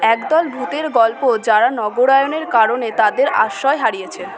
একদল ভূতের গল্প যারা নগরায়নের কারণে তাদের আশ্রয় হারিয়েছে